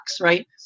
right